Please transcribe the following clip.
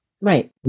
Right